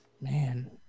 man